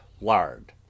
lard